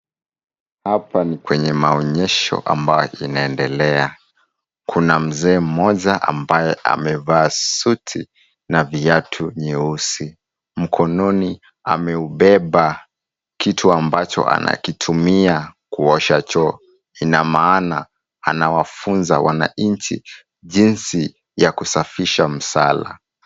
Hapa ni kwenye maonyesho ambayo inaendelea. Kuna mzee mmoja ambaye amevaa suti na viatu nyeusi. Mkononi ameubebe kitu ambacho anakitumia kuosha choo. Ina maana anawafunza wananchi jinsi ya kusafisha msala.